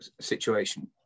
situation